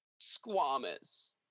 squamous